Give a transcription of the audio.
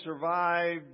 survived